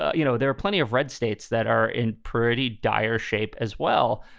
you know, there are plenty of red states that are in pretty dire shape as well.